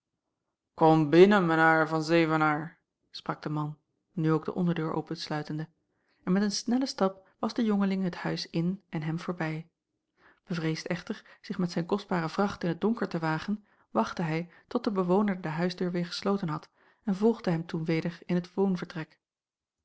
kom binnen men haier van zevenair sprak de man nu ook de onderdeur opensluitende en met een snellen stap was de jongeling het huis in en hem voorbij bevreesd echter zich met zijn kostbare vracht in t donker te wagen wachtte hij tot de bewoner de huisdeur weêr gesloten had en volgde hem toen weder in het